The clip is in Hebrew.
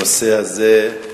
הנושא הזה,